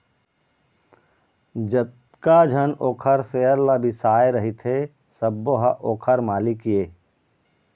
जतका झन ओखर सेयर ल बिसाए रहिथे सबो ह ओखर मालिक ये